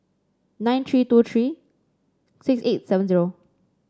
nine three two three six eight seven zero